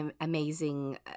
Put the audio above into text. amazing